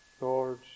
Lord